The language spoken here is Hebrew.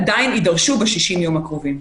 עדיין יידרשו ב-60 יום הקרובים.